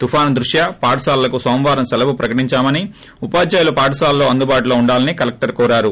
తుఫాన్ దృష్ట్యా పాఠశాలలకు సోమవారం శెలవు ప్రకటించామని ఉపాధ్యాయులు పాఠశాలలో అందుబాటులో ఉండాలని కలెక్షర్ కోరారు